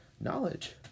knowledge